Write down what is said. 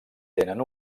tenen